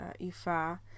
Ifa